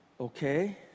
Okay